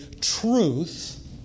truth